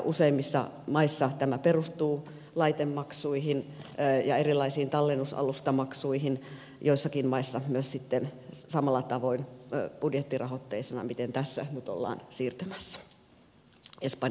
useimmissa maissa tämä perustuu laitemaksuihin ja erilaisiin tallennusalustamaksuihin ja joissakin maissa kuten espanjassa ja norjassa tämä on samalla tavoin budjettirahoitteisena mihin tässä nyt ollaan siirtymässä